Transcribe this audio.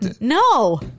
No